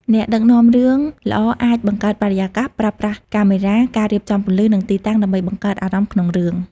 អ្នកដឹកនាំរឿងល្អអាច បង្កើតបរិយាកាស ប្រើប្រាស់កាមេរ៉ា ការរៀបចំពន្លឺ និងទីតាំង ដើម្បីបង្កើតអារម្មណ៍ក្នុងរឿង។